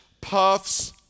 puffs